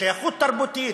לשייכות תרבותית,